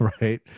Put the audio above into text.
Right